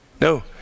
no